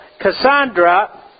Cassandra